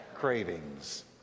cravings